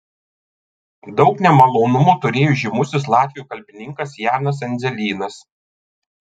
daug nemalonumų turėjo žymusis latvių kalbininkas janis endzelynas